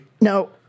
No